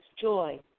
joy